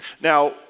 Now